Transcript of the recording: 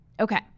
Okay